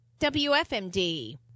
WFMD